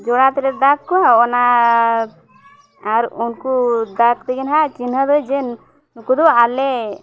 ᱡᱚᱲᱟ ᱛᱮᱞᱮ ᱫᱟᱜᱽ ᱠᱚᱣᱟ ᱚᱱᱟ ᱟᱨ ᱩᱱᱠᱩ ᱫᱟᱜᱽ ᱛᱮᱜᱮ ᱦᱟᱸᱜ ᱪᱤᱱᱦᱟᱹᱫᱚ ᱡᱮ ᱱᱩᱠᱩ ᱫᱚ ᱟᱞᱮ